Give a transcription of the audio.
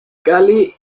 cali